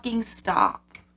stop